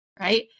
right